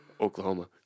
Oklahoma